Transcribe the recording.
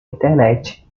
internet